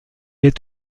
est